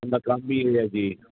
ਉਹਦਾ ਕੰਮ ਵੀ ਇਹ ਹੈ ਜੀ